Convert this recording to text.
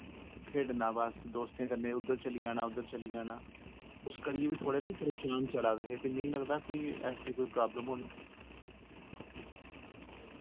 खेडना बस दोस्तें कन्नै उद्दर चली जाना उद्दर चली जाना उस करियै वि थोह्ड़े निं परेशान चला दे हे ते मि लगदा कोई ऐसी कोई प्राब्लम होनी